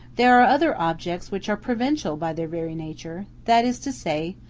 there are other objects which are provincial by their very nature, that is to say,